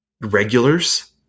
regulars